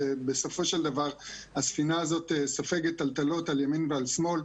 שבסופו של דבר הספינה הזאת סופגת טלטלות על ימין ועל שמאל.